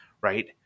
right